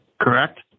correct